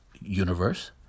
universe